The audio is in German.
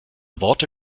worte